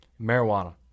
Marijuana